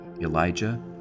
Elijah